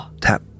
tap